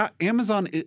Amazon